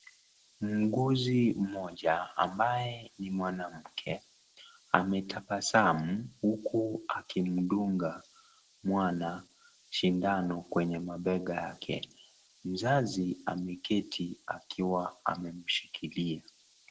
Mwuguzi mmoja ambaye ni mwanamke ametabasamu huku akimdunga mwana sindano kwenye mabega yake. Mzazi ameketi akiwa amemshikilia.